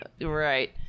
Right